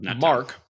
Mark